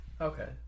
Okay